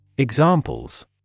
Examples